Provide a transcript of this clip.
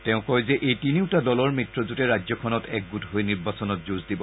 তেওঁ কয় যে এই তিনিওটা দলৰ মিত্ৰজোঁটে ৰাজ্যখনত এক গোট হৈ নিৰ্বাচনত যুঁজ দিব